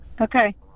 Okay